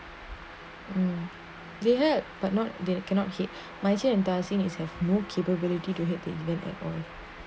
um they had but not that cannot hit mindset and dancing is have no capability to hit the event at all